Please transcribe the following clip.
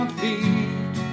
feet